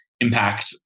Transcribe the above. Impact